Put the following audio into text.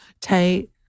Tate